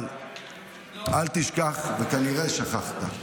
אל תשכח, וכנראה שכחת: